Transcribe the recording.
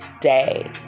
day